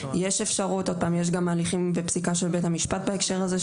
יש גם הליכים בפסיקה של בית המשפט בהקשר הזה,